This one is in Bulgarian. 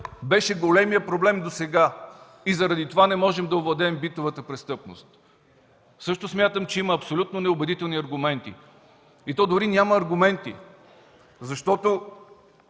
беше големият проблем досега и заради това не можем да овладеем битовата престъпност. Също смятам, че има абсолютно неубедителни аргументи, и то дори няма аргументи. Изрично